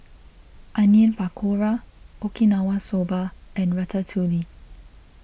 Onion Pakora Okinawa Soba and Ratatouille